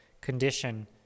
condition